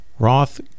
Roth